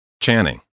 Channing